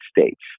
States